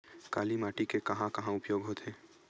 काली माटी के कहां कहा उपयोग होथे?